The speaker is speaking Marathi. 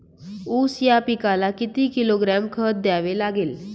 ऊस या पिकाला किती किलोग्रॅम खत द्यावे लागेल?